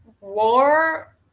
war